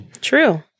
True